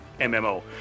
mmo